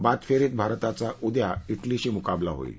बाद फेरीत भारताचा उद्या इटलीशी मुकाबला होईल